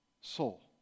soul